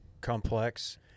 complex